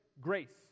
grace